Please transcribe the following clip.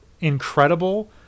incredible